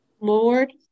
Lord